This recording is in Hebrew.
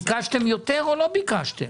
ביקשתם יותר או לא ביקשתם?